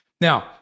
Now